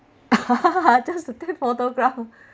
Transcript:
just to take photograph